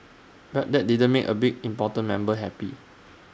but that didn't make A big important member happy